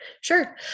Sure